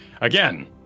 again